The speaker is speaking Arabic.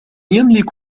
يملك